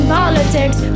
politics